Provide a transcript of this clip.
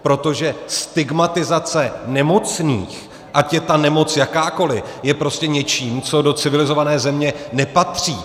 Protože stigmatizace nemocných, ať je ta nemoc jakákoli, je prostě něčím, co do civilizované země nepatří.